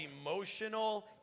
emotional